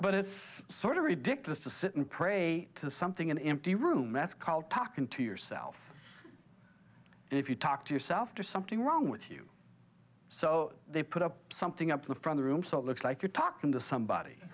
but it's sort of ridiculous to sit and pray to something in an empty room that's called talkin to yourself and if you talk to yourself there's something wrong with you so they put up something up to the front room so it looks like you're talking to somebody